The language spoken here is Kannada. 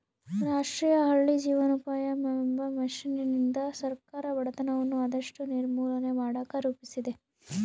ರಾಷ್ಟ್ರೀಯ ಹಳ್ಳಿ ಜೀವನೋಪಾಯವೆಂಬ ಮಿಷನ್ನಿಂದ ಸರ್ಕಾರ ಬಡತನವನ್ನ ಆದಷ್ಟು ನಿರ್ಮೂಲನೆ ಮಾಡಕ ರೂಪಿಸಿದೆ